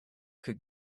could